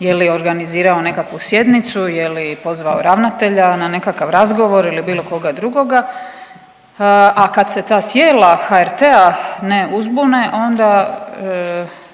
je li organizirao nekakvu sjednicu, je li pozvao ravnatelja na nekakav razgovor ili bilo koga drugoga, a kad se ta tijela HRT-a ne uzbune onda